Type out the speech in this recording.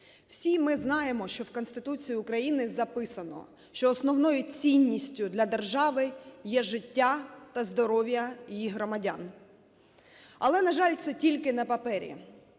всі ми знаємо, що в Конституції України записано, що основною цінністю для держави є життя та здоров'я її громадян. Але, на жаль, це тільки на папері.